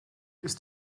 ist